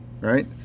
right